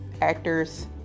actors